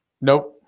Nope